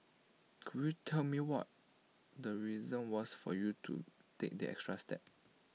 could you tell me what the reason was for you to take that extra step